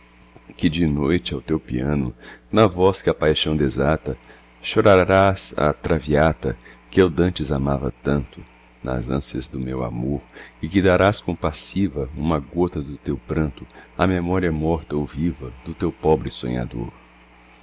que de noite ao teu piano na voz que a paixão desata chorarás a raviata ue eu dantes amava tanto nas ânsias do meu amor e que darás compassiva uma gota do teu pranto à memória morta ou viva do teu pobre sonhador